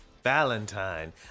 Valentine